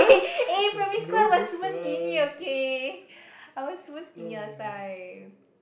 eh primary school I was super skinny okay I was super skinny last time